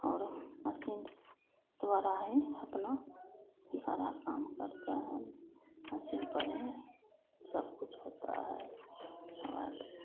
और मसीन से द्वारा ही अपना सारा काम करते हैं हम मसीन पर ही सब कुछ होता है मोबाइल से